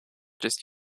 just